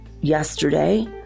yesterday